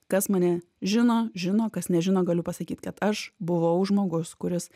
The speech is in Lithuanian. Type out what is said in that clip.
kas mane žino žino kas nežino galiu pasakyt kad aš buvau žmogus kuris